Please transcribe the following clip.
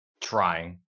Trying